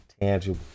tangible